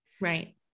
Right